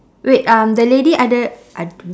wait um the lady ada ada